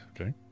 Okay